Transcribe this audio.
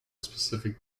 specific